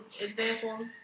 example